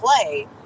play